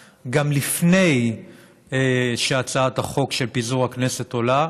לפני שהצעת החוק של פיזור הכנסת עולה.